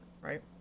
right